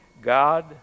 God